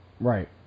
Right